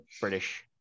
British